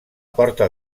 porta